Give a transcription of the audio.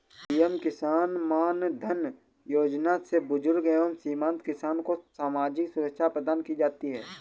PM Kisan Maandhan Yojana से बुजुर्ग एवं सीमांत किसान को सामाजिक सुरक्षा प्रदान की जाती है